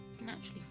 naturally